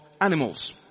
animals